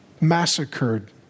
massacred